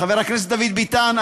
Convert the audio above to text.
חבר הכנסת דוד ביטן,